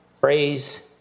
Praise